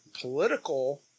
political